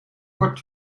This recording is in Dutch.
kort